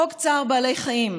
חוק צער בעלי חיים,